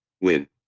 win